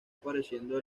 apareciendo